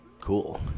cool